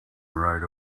right